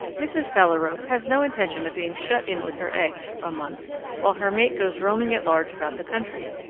mrs. phalarope has no intention of being shut in with her eggs for a month while her mate goes roaming at large about the country,